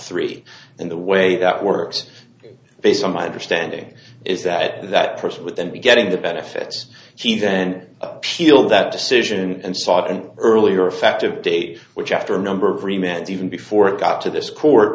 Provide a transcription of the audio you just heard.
three and the way that works based on my understanding is that that person would then be getting the benefits he then appealed that decision and sought an earlier effective date which after a number of remains even before it got to this court